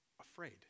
afraid